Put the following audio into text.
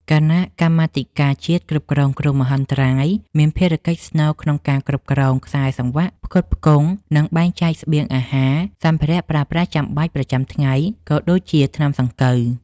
គណៈកម្មាធិការជាតិគ្រប់គ្រងគ្រោះមហន្តរាយមានភារកិច្ចស្នូលក្នុងការគ្រប់គ្រងខ្សែសង្វាក់ផ្គត់ផ្គង់ និងបែងចែកស្បៀងអាហារ សម្ភារៈប្រើប្រាស់ចាំបាច់ប្រចាំថ្ងៃ ក៏ដូចជាថ្នាំសង្កូវ។